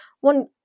One